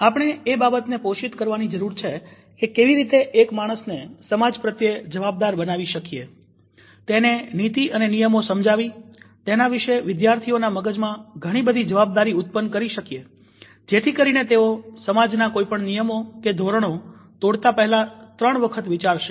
આપણે એ બાબતને પોષિત કરવાની જરૂર છે કે કેવી રીતે એક માણસ ને સમાજ પ્રત્યે જવાબદાર બનાવી શકીએ તેને નીતિ અને નિયમો સમજાવી તેના વિશે વિદ્યાર્થીઓના મગજમાં ઘણીબધી જવાબદારી ઉત્પન્ન કરી શકી જેથી કરીને તેઓ સમાજના કોઈ પણ નિયમો કે ધોરણો તોડતા પહેલા ત્રણ વખત વિચારશે